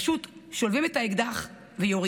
פשוט שולפים את האקדח ויורים.